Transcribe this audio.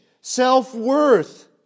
self-worth